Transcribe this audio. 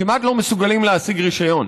כמעט לא מסוגלים להשיג רישיון.